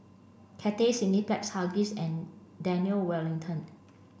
Cathay Cineplex Huggies and Daniel Wellington